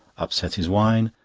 upset his wine,